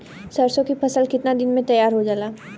सरसों की फसल कितने दिन में तैयार हो जाला?